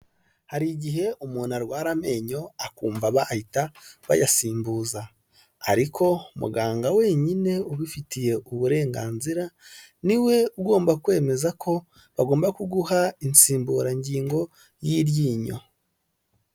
Hari igihe umuntu arwara amenyo akumva bahita bayasimbuza, ariko muganga wenyine ubifitiye uburenganzira niwe ugomba kwemeza ko, bagomba kuguha insimburangingo y'iryinyo.